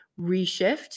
reshift